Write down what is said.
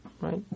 right